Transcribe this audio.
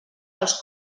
dels